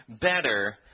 better